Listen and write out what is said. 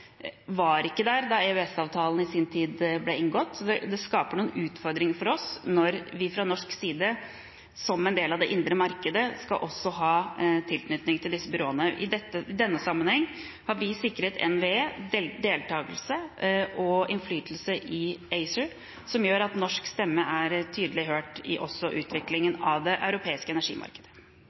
var ikke der da EØS-avtalen i sin tid ble inngått. Det skaper noen utfordringer for oss når vi fra norsk side som en del av det indre markedet også skal ha tilknytning til disse byråene. I denne sammenheng har vi sikret NVE deltakelse og innflytelse i ACER, som gjør at norsk stemme er tydelig hørt også når det gjelder utviklingen av det europeiske energimarkedet.